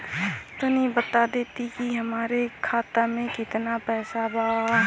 तनि बता देती की हमरे खाता में कितना पैसा बा?